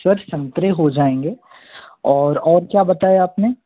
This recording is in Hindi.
सर संतरे हो जाएंगे और और क्या बताया आपने